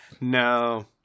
no